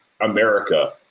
America